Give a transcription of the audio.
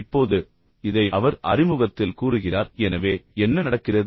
இப்போது இதை அவர் அறிமுகத்தில் கூறுகிறார் எனவே என்ன நடக்கிறது